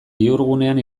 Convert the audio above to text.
bihurgunean